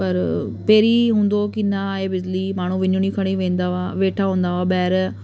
पर पहिरीं हूंदो हो कि न आहे बिजली माण्हू विञणी खणी वेंदा हुआ वेठा हूंदा हुआ ॿाहिरि